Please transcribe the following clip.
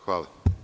Hvala.